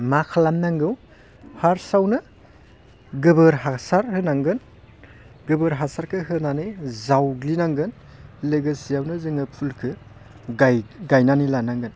मा खालामनांगौ फार्स्टआवनो गोबोर हासार होनांगोन गोबोर हासारखौ होनानै जावग्लिनांगोन लोगोसेयावनो जोङो फुलखौ गायनानै लानांगोन